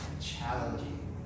challenging